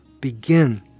begin